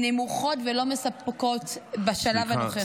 הן נמוכות ולא מספקות בשלב הנוכחי.